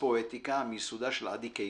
פואטיקה", מיסודה של עדי קיסר.